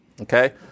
Okay